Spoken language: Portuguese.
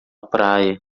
praia